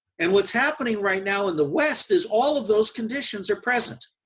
and what's happening right now in the west is all of those conditions are present.